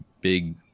big